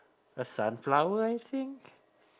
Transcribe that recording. a sunflower I think